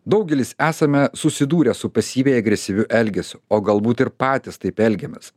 daugelis esame susidūrę su pasyviai agresyviu elgesiu o galbūt ir patys taip elgiamės